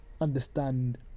understand